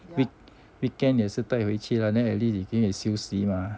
week weekend 也是带回去啦 then at least 你可以休息嘛